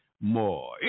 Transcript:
more